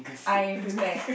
I prepare